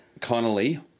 Connolly